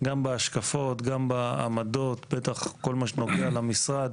גם בהשקפות, גם בעמדות, בטח בכל מה שקשור למשרד.